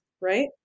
right